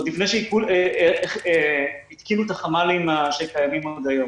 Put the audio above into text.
עוד לפני שהתקינו את החמ"לים שקיימים היום.